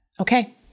Okay